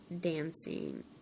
dancing